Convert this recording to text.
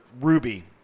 ruby